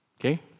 Okay